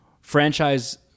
franchise